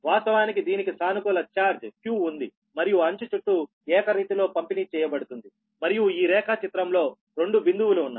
వాస్తవానికి దీనికి సానుకూల ఛార్జ్ Q ఉంది మరియు అంచు చుట్టూ ఏకరీతిలో పంపిణీ చేయబడుతుంది మరియు ఈ రేఖా చిత్రం లో రెండు బిందువులు ఉన్నాయి